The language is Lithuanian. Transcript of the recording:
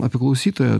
apie klausytoją